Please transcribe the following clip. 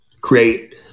create